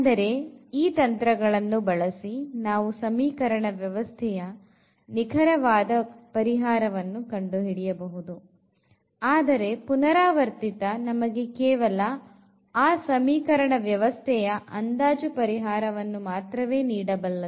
ಅಂದರೆ ಈ ತಂತ್ರಗಳನ್ನು ಬಳಸಿ ನಾವು ಸಮೀಕರಣ ವ್ಯವಸ್ಥೆಯ ನಿಖರವಾದ ಪರಿಹಾರವನ್ನು ಕಂಡುಹಿಡಿಯಬಹುದು ಆದರೆ ಪುನರಾವರ್ತಿತ ನಮಗೆ ಕೇವಲ ಆ ಸಮೀಕರಣ ವ್ಯವಸ್ಥೆಯ ಅಂದಾಜು ಪರಿಹಾರವನ್ನು ಮಾತ್ರವೇ ನೀಡಬಲ್ಲದು